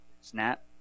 Snap